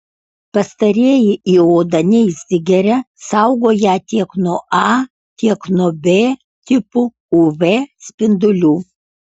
pastarieji į odą neįsigeria saugo ją tiek nuo a tiek nuo b tipų uv spindulių